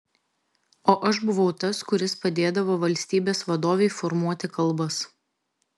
o aš buvau tas kuris padėdavo valstybės vadovei formuoti kalbas